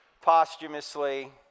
posthumously